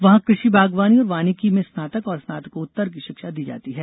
वहां कृषि बागवानी और वानिकी में स्नातक और स्नातकोत्तर की शिक्षा दी जाती है